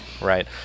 Right